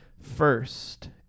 first